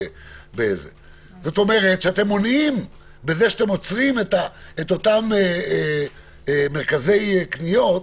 כלומר אתם מונעים בזה שעוצרים את מרכזי הקניות,